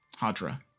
Hadra